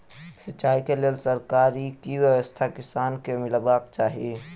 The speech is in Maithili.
सिंचाई केँ लेल सरकारी की व्यवस्था किसान केँ मीलबाक चाहि?